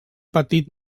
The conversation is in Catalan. petit